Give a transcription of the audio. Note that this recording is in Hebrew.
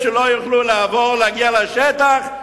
שלא יוכלו לעבור ולהגיע לשטח,